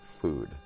food